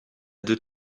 deux